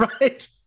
Right